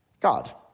God